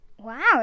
Wow